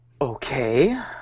Okay